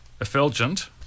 Effulgent